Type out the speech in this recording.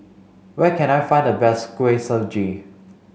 where can I find the best Kuih Suji